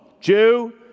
Jew